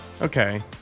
Okay